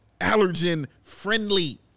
allergen-friendly